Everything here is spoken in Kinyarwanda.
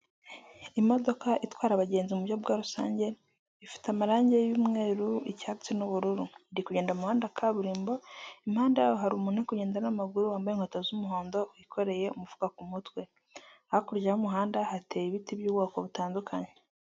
Imodoka itwara abagenzi muburyo bwa rusange, ifite amarangi yumweru, icyatsi n'ubururu. Iri kugenda muhanda wa ka burimbo impande yawo hari umuntu uri kugenda n'amaguru wambaye inkweto z'umuhondo ukoreye umufuka ku mutwe. Hakurya y'umuhanda hateye ibiti by'ubwoko butandukanye.